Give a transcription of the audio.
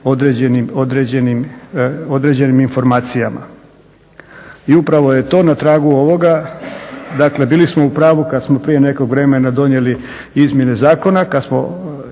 određenim informacijama. I upravo je to na tragu ovoga, dakle bili smo u pravu kad smo prije nekog vremena donijeli izmjene zakona kad smo